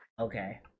Okay